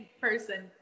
person